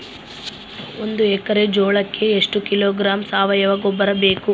ಒಂದು ಎಕ್ಕರೆ ಜೋಳಕ್ಕೆ ಎಷ್ಟು ಕಿಲೋಗ್ರಾಂ ಸಾವಯುವ ಗೊಬ್ಬರ ಬೇಕು?